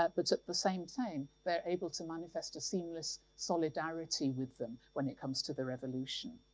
at but so at the same time, they're able to manifest a seamless solidarity with them when it comes to the revolution.